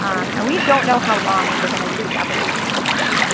um and we don't know how long they're going to leave this application open.